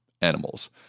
animals